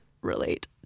relate